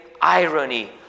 irony